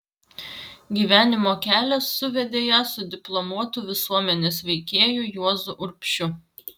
gyvenimo kelias suvedė ją su diplomuotu visuomenės veikėju juozu urbšiu